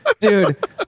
Dude